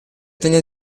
degna